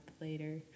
later